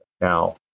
Now